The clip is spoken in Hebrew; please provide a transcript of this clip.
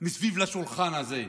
סביב השולחן הזה,